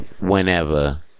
whenever